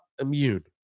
immune